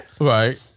right